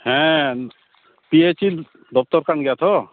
ᱦᱮᱸ P H E ᱫᱚᱯᱛᱚᱨ ᱠᱟᱱ ᱜᱮᱭᱟ ᱛᱚ